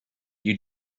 you